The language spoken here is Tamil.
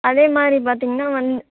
அதேமாதிரி பார்த்தீங்கன்னா வந்து